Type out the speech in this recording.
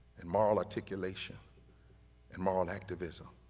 and moral articulation and moral activism,